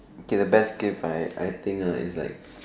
okay the best gift I I think uh is like